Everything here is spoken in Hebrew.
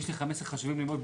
יש לי 15 חשובים מאוד,